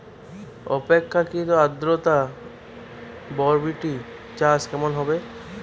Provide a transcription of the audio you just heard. আপেক্ষিক আদ্রতা বরবটি চাষ কেমন হবে?